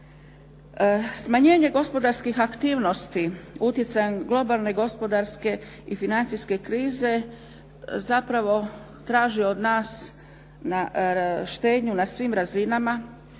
Smanjenje gospodarskih aktivnosti utjecajem globalne gospodarske i financijske krize zapravo traži od nas štednju na svim razinama